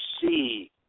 see